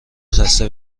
خسته